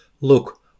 look